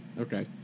Okay